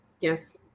Yes